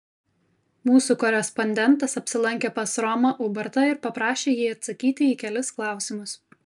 mūsų korespondentas apsilankė pas romą ubartą ir paprašė jį atsakyti į kelis klausimus